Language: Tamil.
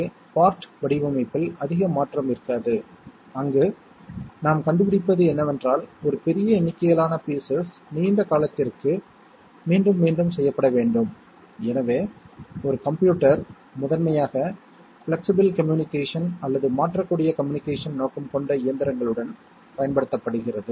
A க்கு 2 மதிப்புகள் மட்டுமே இருக்கும் எனவே A என்பது 1 என்றால் A பிரைம் அல்லது A' என்பது 0 ஆகும் அது சில சமயங்களில் A இன் காம்ப்ளிமென்ட் என்றும் குறிப்பிடப்படுகிறது